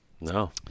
no